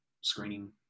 screening